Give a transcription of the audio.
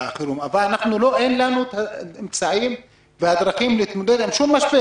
אין לנו את הדרכים והאמצעים להתמודד עם משבר,